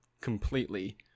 completely